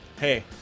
Hey